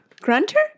Grunter